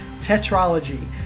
tetralogy